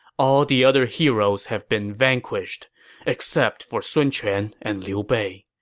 all the other heroes have been vanquished except for sun quan and liu bei.